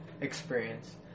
experience